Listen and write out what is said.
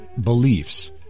beliefs